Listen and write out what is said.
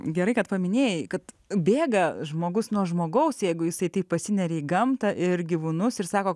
gerai kad paminėjai kad bėga žmogus nuo žmogaus jeigu jisai taip pasineria į gamtą ir gyvūnus ir sako